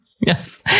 Yes